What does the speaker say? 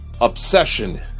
Obsession